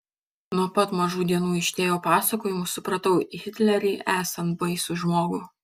nuo pat mažų dienų iš tėvo pasakojimų supratau hitlerį esant baisų žmogų